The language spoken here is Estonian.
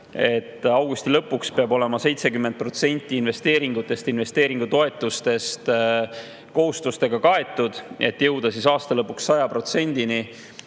augusti lõpuks peab olema 70% investeeringutest, investeeringutoetustest kohustustega kaetud, et jõuda aasta lõpuks 100%-ni,